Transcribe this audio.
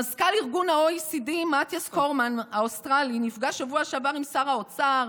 מזכ"ל ה-OECD מתיאס קורמן האוסטרלי נפגש בשבוע שעבר עם שר האוצר,